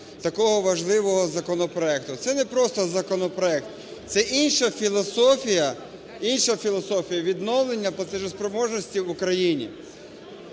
такого важливого законопроекту. Це не просто законопроект, це інша філософія, інша філософія відновлення платоспроможності в Україні.